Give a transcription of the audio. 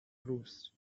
roost